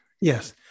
Yes